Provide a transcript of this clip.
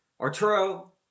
Arturo